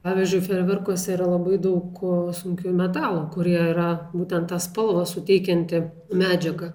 pavyzdžiui fejerverkuose yra labai daug sunkiųjų metalų kurie yra būtent tą spalvą suteikianti medžiaga